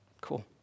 cool